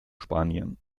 spanien